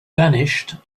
vanished